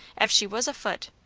ef she was a foot.